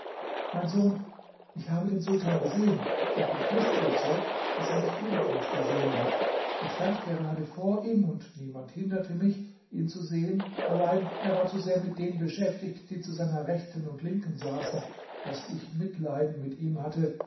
mein sohn ich habe den sultan gesehen und bin fest überzeugt daß er mich ebenfalls gesehen hat ich stand gerade vor ihm und niemand hinderte mich ihn zu sehen allein er war zu sehr mit denen beschäftigt die zu seiner rechten und linken saßen daß ich mitleiden mit ihm hatte